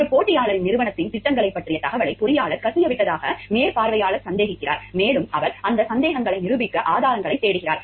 ஒரு போட்டியாளருக்கு நிறுவனத்தின் திட்டங்களைப் பற்றிய தகவலை பொறியாளர் கசியவிட்டதாக மேற்பார்வையாளர் சந்தேகிக்கிறார் மேலும் அவர் அந்த சந்தேகங்களை நிரூபிக்க ஆதாரங்களைத் தேடுகிறார்